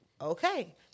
Okay